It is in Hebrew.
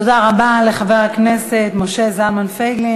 תודה רבה לחבר הכנסת משה זלמן פייגלין.